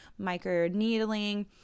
microneedling